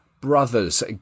brothers